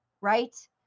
Right